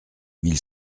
mille